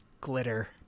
Glitter